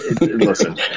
Listen